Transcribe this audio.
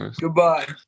Goodbye